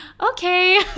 okay